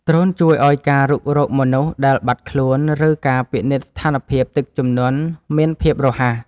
ដ្រូនជួយឱ្យការរុករកមនុស្សដែលបាត់ខ្លួន ឬការពិនិត្យស្ថានភាពទឹកជំនន់មានភាពរហ័ស។